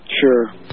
Sure